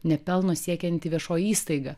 nepelno siekianti viešoji įstaiga